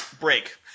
break